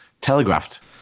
telegraphed